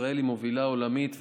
ישראל היא מובילה עולמית,